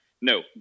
no